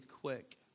quick